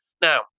Now